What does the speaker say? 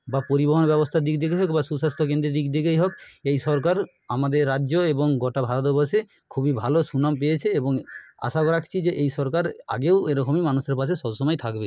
বা পরিবহন ব্যবস্থার দিক দিগেই হোক বা সুস্বাস্ত্য কেন্দ্রের দিক দিগেই হোক এই সরকার আমাদের রাজ্য এবং গোটা ভারতবর্ষে খুবই ভালো সুনাম পেয়েছে এবং আশা রাখছি যে এই সরকার আগেও এরকমই মানুষের পাশে সব সময় থাকবে